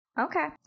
Okay